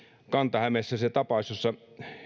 kanta hämeessä jossa